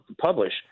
publish